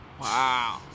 Wow